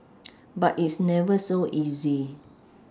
but it's never so easy